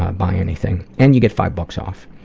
ah buy anything, and you get five bucks off.